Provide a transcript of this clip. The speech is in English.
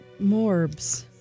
Morbs